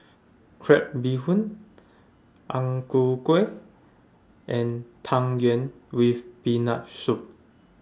Crab Bee Hoon Ang Ku Kueh and Tang Yuen with Peanut Soup